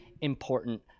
important